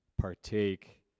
partake